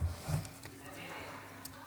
אמרת.